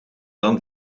dan